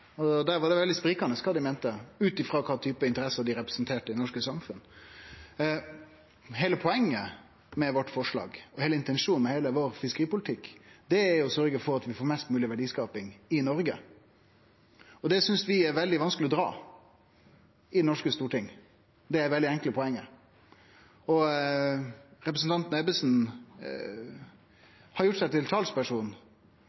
og der var det veldig sprikande kva dei meinte, ut frå kva type interesser dei representerte i det norske samfunnet. Heile poenget med vårt forslag, og intensjonen med heile vår fiskeripolitikk, er å sørgje for at vi får mest mogleg verdiskaping i Noreg, og det synest vi er veldig vanskeleg å dra i det norske storting. Det er det veldig enkle poenget. Representanten